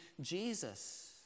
Jesus